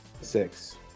Six